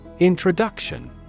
Introduction